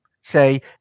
say